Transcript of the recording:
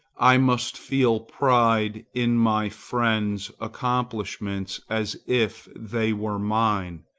i must feel pride in my friend's accomplishments as if they were mine,